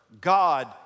God